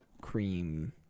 Cream